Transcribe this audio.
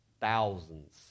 thousands